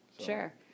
Sure